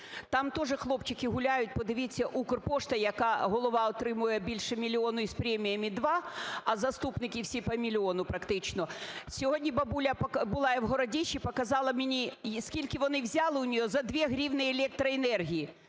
там теж хлопчики гуляють, подивіться "Укрпошта", який голова отримує більше мільйона, з преміями – два, а заступники всі – по мільйону практично. Сьогоднібабуля - була я в Городищі, - показала мені, скільки вони взяли у неї за 2 гривні електроенергії.